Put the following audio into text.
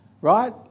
right